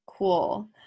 Cool